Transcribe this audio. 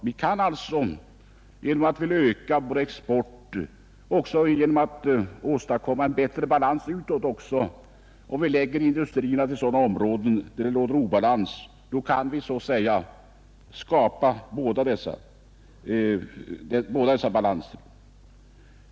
Om vi förlägger industrier till områden där det råder obalans kan vi både skapa balans inom landet och genom ökad export skapa balans utåt.